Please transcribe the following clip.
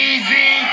Easy